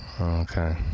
Okay